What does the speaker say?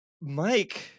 Mike